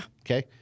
Okay